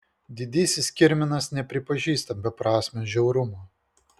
didysis kirminas nepripažįsta beprasmio žiaurumo